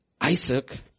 Isaac